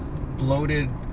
bloated